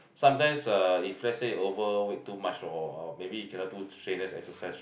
sometimes uh if let's say over week too much or or maybe cannot do strenuous exercise